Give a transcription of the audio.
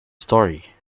story